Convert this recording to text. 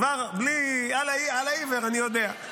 כבר, על עיוור, אני יודע.